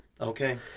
Okay